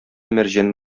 мәрҗән